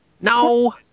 No